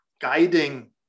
guiding